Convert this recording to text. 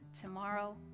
tomorrow